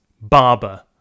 barber